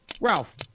Ralph